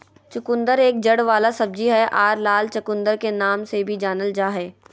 चुकंदर एक जड़ वाला सब्जी हय आर लाल चुकंदर के नाम से भी जानल जा हय